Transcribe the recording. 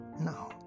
now